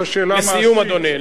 שאלה מעשית, לסיום, אדוני.